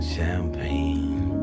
champagne